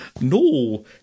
no